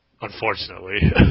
Unfortunately